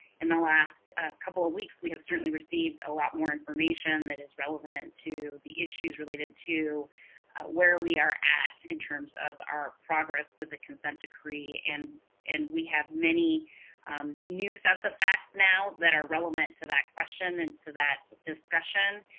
in the last couple of weeks, we have certainly received a lot more information that is relevant to the issues related to where we are at, in terms of our progress with the consent to create and and we have many new sets of facts now that are relevant to the question, and so that discussion,